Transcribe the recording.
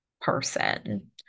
person